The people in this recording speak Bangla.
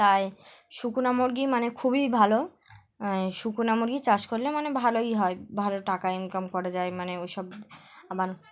তাই সুগুনা মুরগি মানে খুবই ভালো সুগুনা মুরগি চাষ করলে মানে ভালোই হয় ভালো টাকা ইনকাম করা যায় মানে ওইসব আবার